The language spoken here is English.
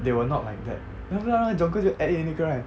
they were not like that then after that 那个 jung kook 就 add in 那个 right